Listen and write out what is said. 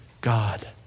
God